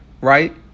Right